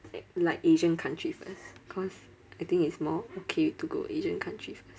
a~ like asian country first because I think it's more okay to go asian country first